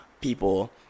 people